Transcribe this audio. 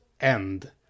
end